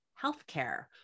healthcare